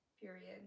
Period